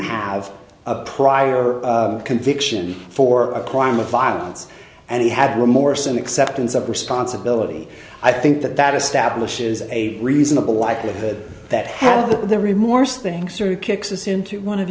have a prior conviction for a crime of violence and he had remorse and acceptance of responsibility i think that that establishes a reasonable likelihood that have the remove worse things or kicks us into one of